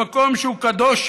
במקום שהוא קדוש.